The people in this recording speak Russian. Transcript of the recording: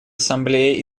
ассамблеей